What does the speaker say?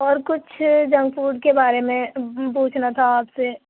اور کچھ junk food کے بارے میں پوچھنا تھا آپ سے